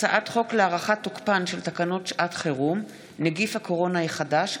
הצעת חוק להארכת תוקפן של תקנות שעת חירום (נגיף הקורונה החדש,